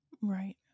Right